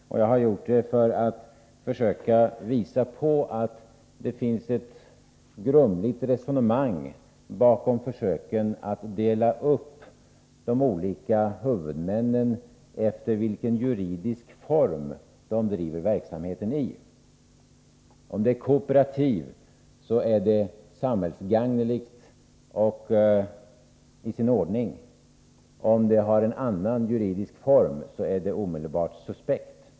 Jag har gjort det för att försöka påvisa att det ligger ett grumligt resonemang bakom försöken att dela upp de olika huvudmännen efter vilken juridisk form de driver verksamheten i. Om den är kooperativ så är den samhällsgagnelig och i sin ordning, om den har en annan juridisk form så är den omedelbart suspekt.